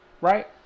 Right